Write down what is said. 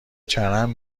چرند